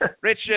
Rich